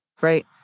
Right